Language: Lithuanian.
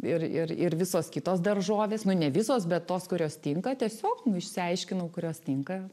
ir ir ir visos kitos daržovės nu ne visos bet tos kurios tinka tiesiog nu išsiaiškinau kurios tinka